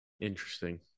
Interesting